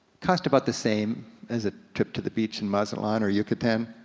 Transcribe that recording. cost about the same as a trip to the beach in mazatlan or yucatan.